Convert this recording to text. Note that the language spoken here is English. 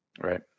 Right